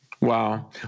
Wow